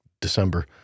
December